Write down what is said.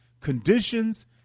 conditions